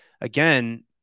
again